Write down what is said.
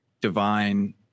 divine